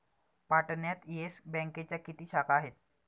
पाटण्यात येस बँकेच्या किती शाखा आहेत?